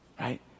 Right